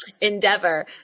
endeavor